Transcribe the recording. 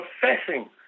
professing